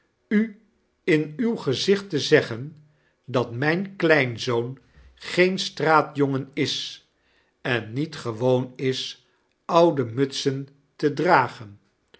u in uwgezicht te zeggen dat mijn kleinzoon geen straatjongen is en niet gewoon is oude mutsen te dragen